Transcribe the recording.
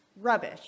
rubbish